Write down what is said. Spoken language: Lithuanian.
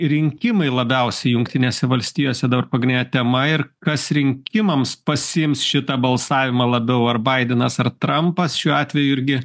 rinkimai labiausiai jungtinėse valstijose dabar pagrindinė tema ir kas rinkimams pasiims šitą balsavimą labiau ar baidenas ar trampas šiuo atveju irgi